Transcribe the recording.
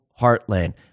heartland